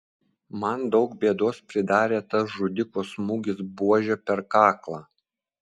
man daug bėdos pridarė tas žudiko smūgis buože per kaklą